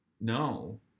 No